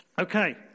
Okay